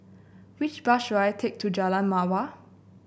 which bus should I take to Jalan Mawar